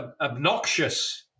obnoxious